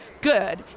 good